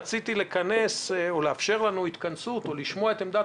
רציתי לאפשר לנו התכנסות או לשמוע את עמדת